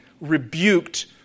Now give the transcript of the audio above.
rebuked